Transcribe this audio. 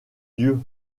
dieu